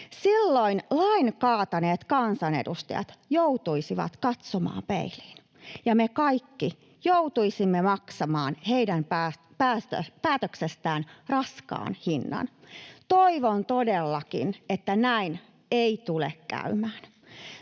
Silloin lain kaataneet kansanedustajat joutuisivat katsomaan peiliin ja me kaikki joutuisimme maksamaan heidän päätöksestään raskaan hinnan. Toivon todellakin, että näin ei tule käymään.